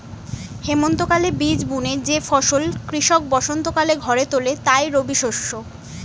হেমন্তকালে বীজ বুনে যে ফসল কৃষক বসন্তকালে ঘরে তোলে তাই রবিশস্য